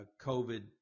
COVID